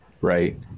right